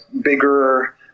bigger